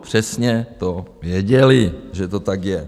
Přesně to věděli, že to tak je.